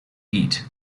eat